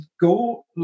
go